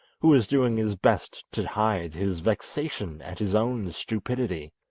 who was doing his best to hide his vexation at his own stupidity.